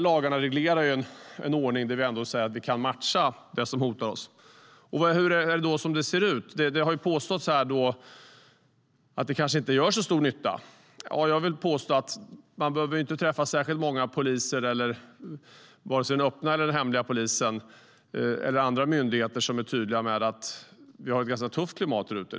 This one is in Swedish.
Lagarna reglerar en ordning som ska matcha det som hotar oss. Hur ser det då ut? Det har påståtts att det hela kanske inte gör så stor nytta. Man behöver inte träffa särskilt många poliser, antingen det är den öppna eller den hemliga polisen, eller företrädare för andra myndigheter för att få klart för sig att det är ett ganska tufft klimat där ute.